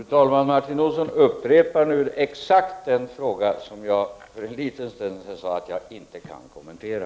Fru talman! Martin Olsson upprepar nu exakt den fråga som jag för en liten stund sedan sade att jag inte kan kommentera.